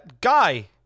Guy